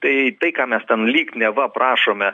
tai tai ką mes ten lyg neva prašome